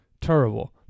Terrible